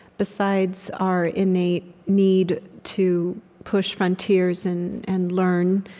besides our innate need to push frontiers and and learn,